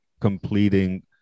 completing